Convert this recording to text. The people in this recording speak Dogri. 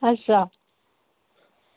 अच्छा